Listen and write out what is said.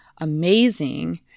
amazing